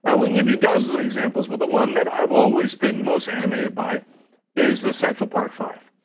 and we can give you dozens of examples, but the one that i've always been most animated by is the central park five.